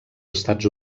estats